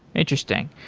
interesting.